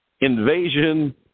invasion